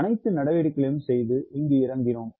அனைத்து நடவடிக்கைகளையும் செய்து இங்கு இறங்கினார்